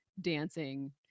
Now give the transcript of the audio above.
dancing